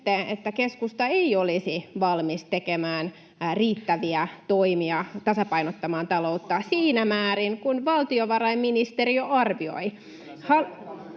että keskusta ei olisi valmis tekemään riittäviä toimia, tasapainottamaan taloutta [Antti Kurvinen: Pakko vastata!] siinä määrin kuin valtiovarainministeriö arvioi.